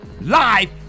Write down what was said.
live